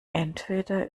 entweder